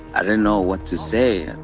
i didn't know what to say.